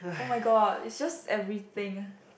oh-my-god is just everything